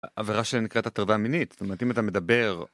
עבירה שנקראת הטרדה המינית, זאת אומרת אם אתה מדבר.